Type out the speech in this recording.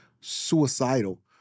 suicidal